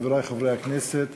חברי חברי הכנסת,